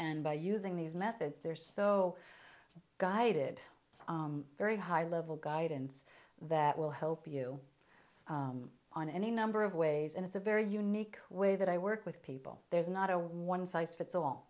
and by using these methods they're so guided by very high level guidance that will help you on any number of ways and it's a very unique way that i work with people there's not a one size fits all